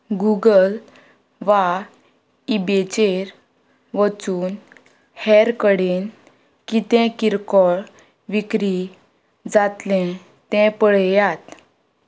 Google वा इबेचेर वचून हेर कडेन कितें किरकोळ विक्री जातलें तें पळयात